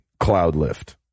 CloudLift